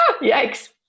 yikes